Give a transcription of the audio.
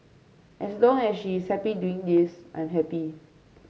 as long as she is happy doing this I'm happy